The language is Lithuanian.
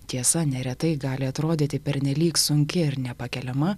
tiesa neretai gali atrodyti pernelyg sunki ir nepakeliama